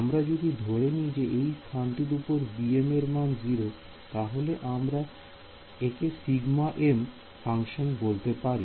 আমরা যদি ধরে নিই যে এই স্থানের উপর bm এর মান 0 তাহলে আমরা একে সিগমা m ফাংশন বলতে পারি